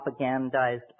propagandized